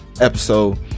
episode